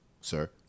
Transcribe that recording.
sir